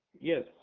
Yes